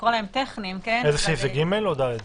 חייבת להיות איזה ודאות